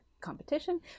competition